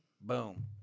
Boom